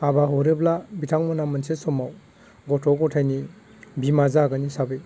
हाबा हरोब्ला बिथांमोना मोनसे समाव गथ' गथायनि बिमा जागोन हिसाबै